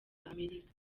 amerika